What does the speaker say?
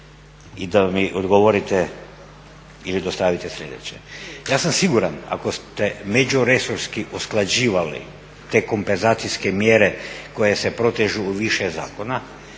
i da mi odgovorite ili dostavite sljedeće. Ja sam siguran ako ste međuresorski usklađivali te kompenzacijske mjere koje se protežu u više zakona